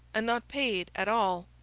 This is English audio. and not paid at all?